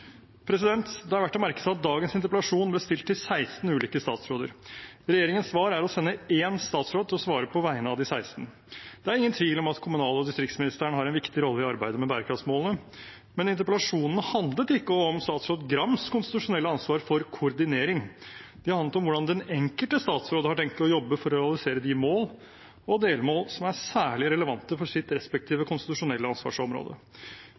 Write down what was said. Det er verdt å merke seg at dagens interpellasjon ble stilt til 16 ulike statsråder. Regjeringens svar er å sende én statsråd til å svare på vegne av de 16. Det er ingen tvil om at kommunal- og distriktsministeren har en viktig rolle i arbeidet med bærekraftsmålene, men interpellasjonen handlet ikke om statsråd Grams konstitusjonelle ansvar for koordinering. Det handlet om hvordan den enkelte statsråd har tenkt å jobbe for å realisere de mål og delmål som er særlig relevant for sitt respektive konstitusjonelle ansvarsområde.